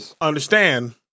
understand